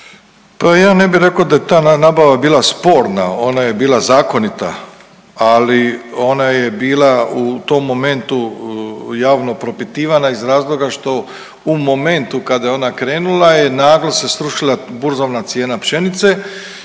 Pa ja ne bi rekao da je ta nabava bila sporna, ona je bila zakonita, ali ona je bila u tom momentu javno propitivana iz razloga što u momentu kada je ona krenula je naglo se srušila burzovna cijena pšenice